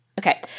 Okay